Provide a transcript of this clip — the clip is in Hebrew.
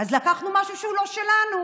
אז לקחנו משהו שהוא לא שלנו.